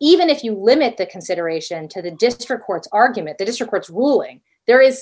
even if you limit the consideration to the district court's argument the district's ruling there is